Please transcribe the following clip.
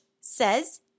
says